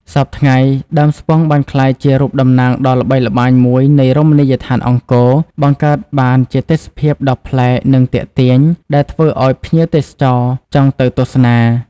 សព្វថ្ងៃ ដើមស្ពង់បានក្លាយជារូបតំណាងដ៏ល្បីល្បាញមួយនៃរមណីយដ្ឋានអង្គរ បង្កើតបានជាទេសភាពដ៏ប្លែក និងទាក់ទាញ ដែលធ្វើឱ្យភ្ញៀវទេសចរចង់ទៅទស្សនា។